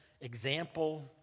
example